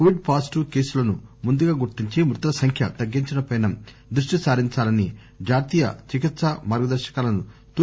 Covid positive కేసులను ముందుగా గుర్తించి మృతుల సంఖ్య తగ్గించడంపై దృష్టి సారించాలని జాతీయ చికిత్పా మర్గదర్శకాలను తూ